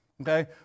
Okay